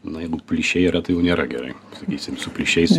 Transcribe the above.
na jeigu plyšiai yra tai jau nėra gerai sakysim su plyšiais